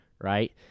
right